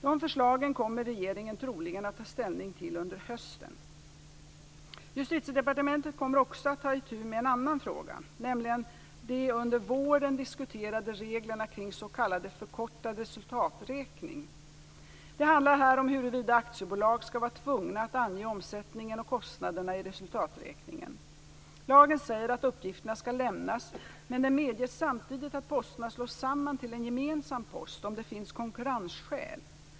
De förslagen kommer regeringen troligen att ta ställning till under hösten. Justitiedepartementet kommer också att ta itu med en annan fråga, nämligen de under våren diskuterade reglerna kring s.k. förkortad resultaträkning. Det handlar här om huruvida aktiebolag skall vara tvungna att ange omsättningen och kostnaderna i resultaträkningen. Lagen säger att uppgifterna skall lämnas, men den medger samtidigt att posterna slås samman till en gemensam post om det finns "konkurrensskäl".